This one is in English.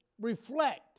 reflect